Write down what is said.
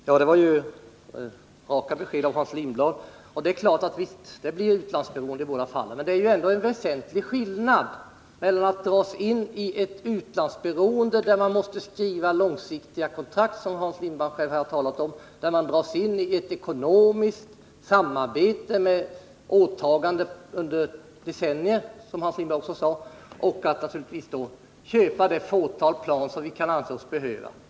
Herr talman! Det var ju raka besked av Hans Lindblad. Visst blir det ett utlandsberoende i båda fallen. Men det är ju ändå en väsentlig skillnad mellan att å ena sidan dras in i ett samarbete där man måste skriva långsiktiga kontrakt, något som Hans Lindblad själv talade om. och som binder oss för åtaganden under flera decennier, som Hans Lindblad också påpekade, och å andra sidan köpa det fåtal plan som vi kan anse oss behöva.